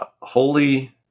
holy